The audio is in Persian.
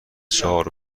چهار